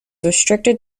restricted